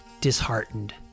disheartened